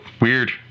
weird